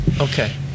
Okay